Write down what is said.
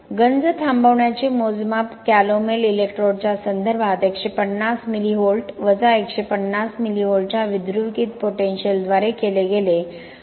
गंज थांबवण्याचे मोजमाप कॅलोमेल इलेक्ट्रोडच्या संदर्भात 150 मिली व्होल्ट 150 मिली व्होल्ट्सच्या विध्रुवीकृत पोटेन्शियलद्वारे केले गेले